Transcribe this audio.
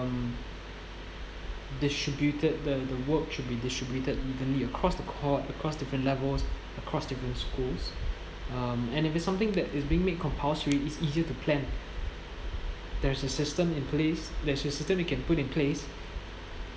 um distributed that the work should be distributed evenly across the court across different levels across different schools um and if it's something that is being made compulsory it's easier to plan there's a system in place there's a system you can put in place